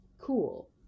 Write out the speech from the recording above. Cool